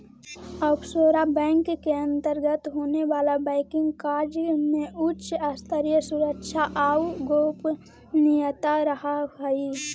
offshore bank के अंतर्गत होवे वाला बैंकिंग कार्य में उच्च स्तरीय सुरक्षा आउ गोपनीयता रहऽ हइ